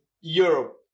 Europe